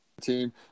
team